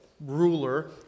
ruler